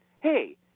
Hey